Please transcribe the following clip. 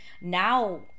now